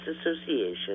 association